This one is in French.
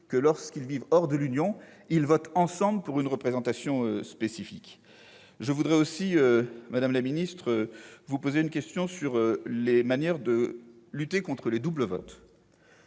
que, lorsqu'ils vivent hors de l'Union, ils puissent voter ensemble pour une représentation spécifique. Je voudrais aussi, madame la ministre, vous poser une question sur les manières de lutter contre les doubles votes.